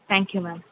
thank you ma'am